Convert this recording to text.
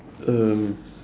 um